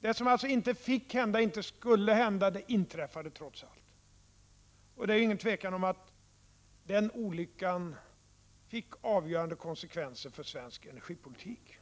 Det som inte fick hända och inte skulle hända inträffade trots allt. Det är inget tvivel om att den olyckan fick avgörande konsekvenser för svensk energipolitik.